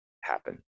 happen